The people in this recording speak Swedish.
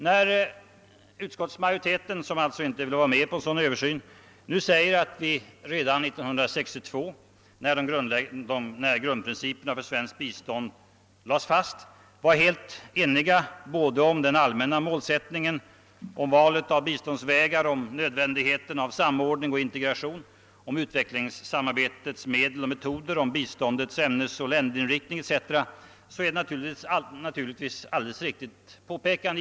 När utskottsmajoriteten — som alltså inte vill vara med om en sådan översyn — nu skriver att vi 1962, då grundprinciperna för svenskt bistånd lades fast, var helt eniga om den allmänna målsättningen, om valet av biståndsvägar, om nödvändigheten av samordning och integration, om utvecklingssamarbetets medel och metoder, om biståndets ämnesoch länderinriktning etc., så är detta i och för sig ett alldeles riktigt påpekande.